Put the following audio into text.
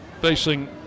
Facing